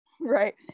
Right